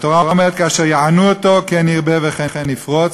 והתורה אומרת: "כאשר יענו אתו כן ירבה וכן יפרץ",